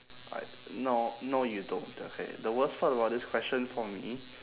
I no no you don't okay the worst part about this question for me